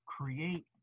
create